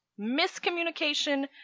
miscommunication